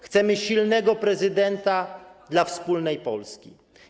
Chcemy silnego prezydenta dla wspólnej Polski.